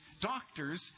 doctors